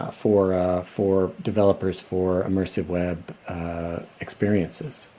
ah for for developers for immersive web experiences.